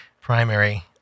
primary